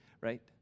right